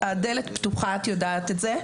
הדלת פתוחה, את יודעת את זה.